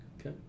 Okay